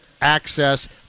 access